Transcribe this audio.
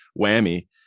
whammy